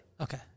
Okay